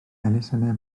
elusennau